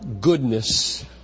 goodness